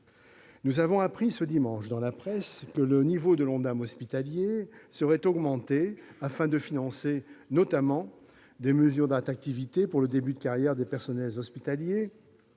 Nous avons appris, ce dimanche, dans la presse, que le niveau de l'Ondam hospitalier serait augmenté pour financer, notamment, des mesures d'attractivité pour le début de carrière des personnels hospitaliers